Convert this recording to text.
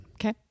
Okay